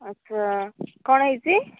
ଆଚ୍ଛା କ'ଣ ହେଇଛି